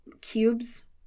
cubes